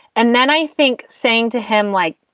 and then i think saying to him, like,